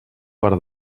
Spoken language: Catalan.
per